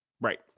Right